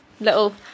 Little